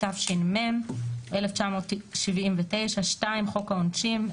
התש"ם 1979‏; (2)חוק העונשין,